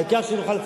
העיקר שנוכל,